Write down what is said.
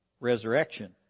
resurrection